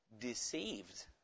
Deceived